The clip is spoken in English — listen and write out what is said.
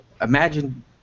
imagine